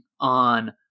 on